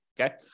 okay